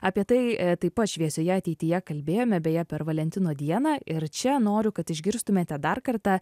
apie tai taip pat šviesioje ateityje kalbėjome beje per valentino dieną ir čia noriu kad išgirstumėte dar kartą